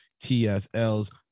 TFLs